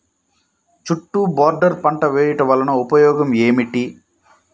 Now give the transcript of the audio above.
చుట్టూ బోర్డర్ పంట వేయుట వలన ఉపయోగం ఏమిటి?